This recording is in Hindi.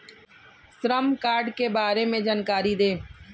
श्रम कार्ड के बारे में जानकारी दें?